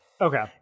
Okay